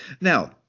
Now